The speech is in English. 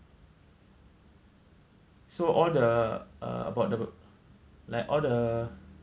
so all the uh about the like all the